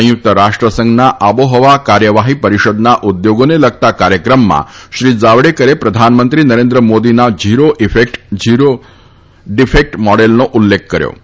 સંયુક્ત રાષ્ટ્રસંઘના આબોહવા કાર્યવાહી પરિષદના ઉદ્યોગોને લગતા કાર્યક્રમમાં શ્રી જાવડેકરે પ્રધાનમંત્રી નરેન્દ્ર મોદીના ઝીરો ડિફેક્ટ ઝીરો ઈફેક્ટ મોડેલનો ઉલ્લેખ કર્યો હતો